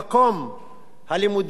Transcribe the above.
הלימודים היא גבוהה מאוד.